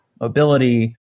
mobility